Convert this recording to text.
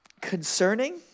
concerning